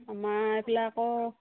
আমাৰ এইফালে আকৌ